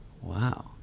wow